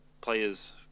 players